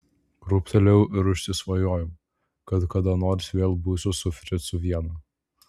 krūptelėjau ir užsisvajojau kad kada nors vėl būsiu su fricu viena